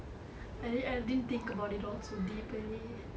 I didn't I didn't think about it all so deep already